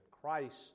Christ